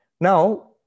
Now